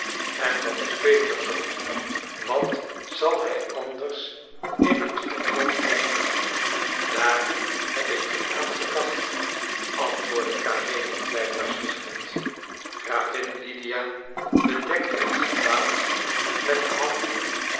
en dat is beter zoo wat zal hij anders in het vervolg denken daar heb ik niet aan gedacht antwoordde karenin blijkbaar zwichtend gravin lydia bedekte het gelaat met de handen